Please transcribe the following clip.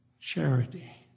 charity